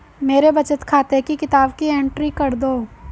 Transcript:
मेरे बचत खाते की किताब की एंट्री कर दो?